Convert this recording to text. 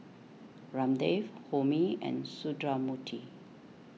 Ramdev Homi and Sundramoorthy